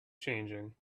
changing